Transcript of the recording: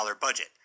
budget